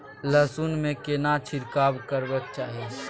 लहसुन में केना छिरकाव करबा के चाही?